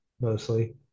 mostly